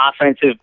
offensive